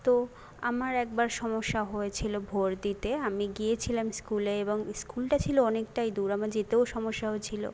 তো আমার একবার সমস্যা হয়েছিলো ভোট দিতে আমি গিয়েছিলাম স্কুলে এবং ইস্কুলটা ছিলো অনেকটাই দূর আমার যেতেও সমস্যা হয়েছিলো